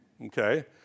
Okay